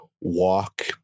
walk